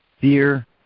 Fear